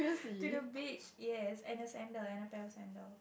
to the beach yes and a sandal and a pair of sandal